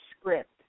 script